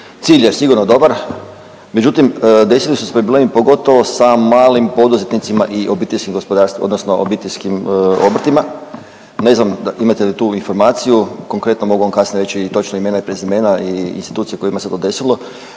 cilj je sigurno dobar, međutim desili su se problemi, pogotovo sa malim poduzetnicima i obiteljskim gospodarstvima odnosno obiteljskim obrtima. Ne znam imate li tu informaciju, konkretno mogu vam kasnije reći i točna imena i prezimena i institucije kojima se to desilo.